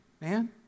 man